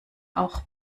auch